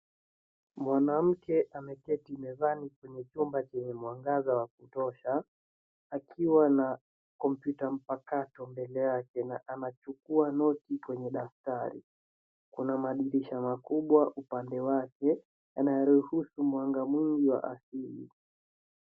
Mwanamke ameketi mezani kwenye chumba chenye mwangaza wa kutosha, akiwa na komputa mpakato mbele yake na anachukua noti kwenye daftari. Kuna madirisha makubwa upande wake, yanayoruhusu mwanga mwingi wa asili.